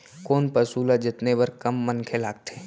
कोन पसु ल जतने बर कम मनखे लागथे?